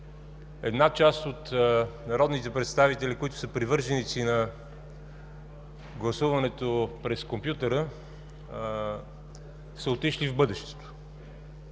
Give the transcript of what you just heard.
една част от народните представители, които са привърженици на гласуването през компютъра, са отишли в бъдещето.